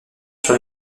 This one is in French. sur